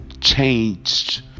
Changed